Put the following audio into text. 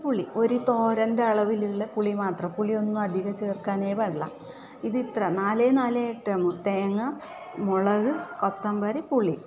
പുളി ഒരു തോരേൻ്റെ അളവിലുള്ള പുളി മാത്രം പുളി ഒന്ന് അധികം ചേർക്കാനേ പാടില്ല ഇതിത്ര നാലേ നാലു ഐറ്റം തേങ്ങ മുളക് കൊത്തമ്പരി പുളി